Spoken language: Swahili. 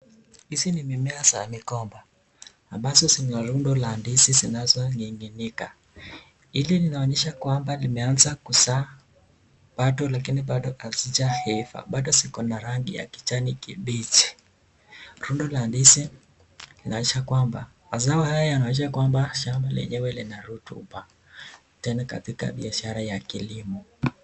Hizi ni mimea za migomba. Ambazo zina rundo la ndizi zinazoninginika. Hili linaonyesha kwamba zimeanza kuzaa bado lakini bado hazijaiva. Bado ziko na rangi ya kijani kibichi. Rundo la ndizi linaonyesha kwamba, mazao haya yanaonyesha kwamba shamba lenyewe lina rotuba tena katika biashara ya kilimo.